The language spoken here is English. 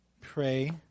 pray